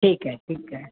ठीकु आहे ठीकु आहे